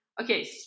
okay